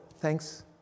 thanks